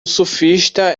surfista